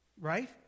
right